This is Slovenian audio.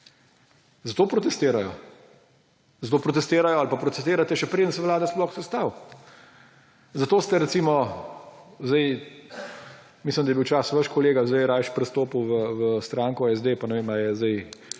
zato protestirajo. Zato protestirajo ali protestirate, še preden se vlada sploh sestavi. Zato ste, recimo, mislim, da je bil včasih vaš kolega, sedaj je rajši prestopil v stranko SD, pa ne vem, katera